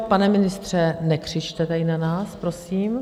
Pane ministře, nekřičte tady na nás, prosím.